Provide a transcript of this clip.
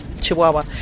chihuahua